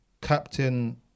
captain